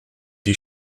die